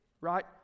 right